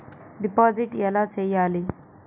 Deposit ఎలా చెయ్యాలి?